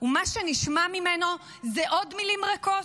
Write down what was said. ומה שנשמע ממנו זה עוד מילים ריקות,